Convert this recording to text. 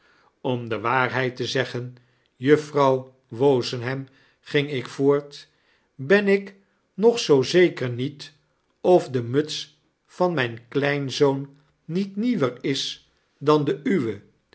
om de waarheid tezeggenjuffrouw wozenhain ging ik voort ben ik nog zoo zeker niet of de muts van mijn kleinzoon niet nieuwer is dan de uwe